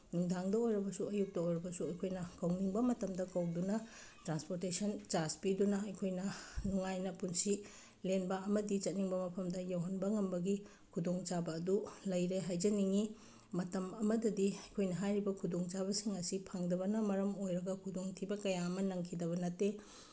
ꯅꯨꯡꯗꯥꯡꯗ ꯑꯣꯏꯔꯕꯁꯨ ꯑꯌꯨꯛꯇ ꯑꯣꯏꯔꯕꯁꯨ ꯑꯩꯈꯣꯏꯅ ꯀꯧꯅꯤꯡꯕ ꯃꯇꯝꯗ ꯀꯧꯗꯨꯅ ꯇ꯭ꯔꯥꯟꯁꯄꯣꯔꯇꯦꯁꯟ ꯆꯥꯔꯖ ꯄꯤꯗꯨꯅ ꯑꯩꯈꯣꯏꯅ ꯅꯨꯡꯉꯥꯏꯅ ꯄꯨꯟꯁꯤ ꯂꯦꯟꯕ ꯑꯃꯗꯤ ꯆꯠꯅꯤꯡꯕ ꯃꯐꯝꯗ ꯌꯧꯍꯟꯕ ꯉꯝꯕꯒꯤ ꯈꯨꯗꯣꯡꯆꯥꯕ ꯑꯗꯨ ꯂꯩꯔꯦ ꯍꯥꯏꯖꯅꯤꯡꯉꯤ ꯃꯇꯝ ꯑꯃꯗꯗꯤ ꯑꯩꯈꯣꯏꯅ ꯍꯥꯏꯔꯤꯕ ꯈꯨꯗꯣꯡꯆꯥꯕꯁꯤꯡ ꯑꯁꯤ ꯐꯪꯗꯕꯅ ꯃꯔꯝ ꯑꯣꯏꯔꯒ ꯈꯨꯗꯣꯡꯊꯤꯕ ꯀꯌꯥ ꯑꯃ ꯅꯪꯈꯤꯗꯕ ꯅꯠꯇꯦ